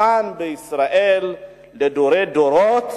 כאן בישראל לדורי דורות,